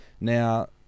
Now